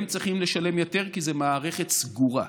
הם צריכים לשלם יותר, כי זו מערכת סגורה.